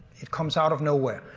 it comes out of nowhere,